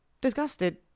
disgusted